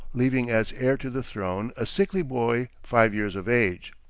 leaving as heir to the throne a sickly boy five years of age.